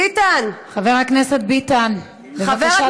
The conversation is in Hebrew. ביטן, חבר הכנסת ביטן,